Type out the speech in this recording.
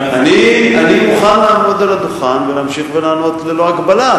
אני מוכן לעמוד על הדוכן ולהמשיך ולענות ללא הגבלה.